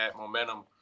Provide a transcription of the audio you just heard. momentum